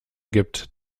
gibt